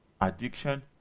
addiction